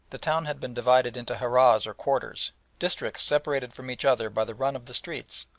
the town had been divided into harahs or quarters districts separated from each other by the run of the streets,